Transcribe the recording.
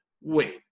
Wait